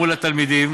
מול התלמידים